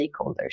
stakeholders